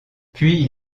puis